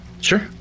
sure